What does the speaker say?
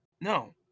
No